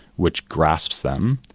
which grasps them.